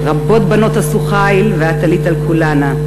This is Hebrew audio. רבות בנות עשו חיל ואת עלית על כלנה.